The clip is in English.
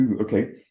Okay